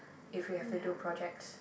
if we have to do projects